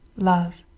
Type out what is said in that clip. love.